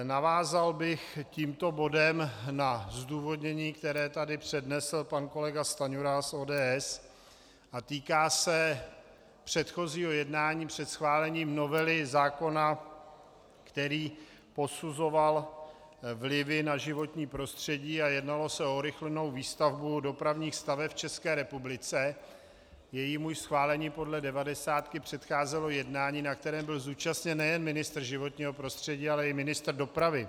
Navázal bych tímto bodem na zdůvodnění, které tady přednesl pan kolega Stanjura z ODS, a týká se předchozího jednání před schválením novely zákona, který posuzoval vlivy na životní prostředí, a jednalo se o urychlenou výstavbu dopravních staveb v České republice, jejímuž schválení podle devadesátky předcházelo jednání, na kterém byl zúčastněn nejen ministr životního prostředí, ale i ministr dopravy.